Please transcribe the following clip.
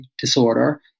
disorder